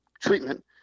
treatment